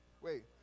Wait